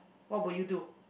what would you do